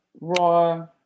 raw